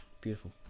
beautiful